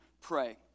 pray